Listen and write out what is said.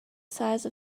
size